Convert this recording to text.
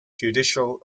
judicial